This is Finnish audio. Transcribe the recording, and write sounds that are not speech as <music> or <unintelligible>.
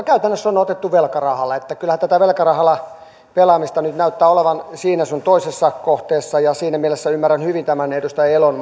<unintelligible> käytännössä otettu velkarahalla että kyllähän tätä velkarahalla pelaamista nyt näyttää olevan yhdessä sun toisessa kohteessa ja siinä mielessä ymmärrän hyvin tämän edustaja elon <unintelligible>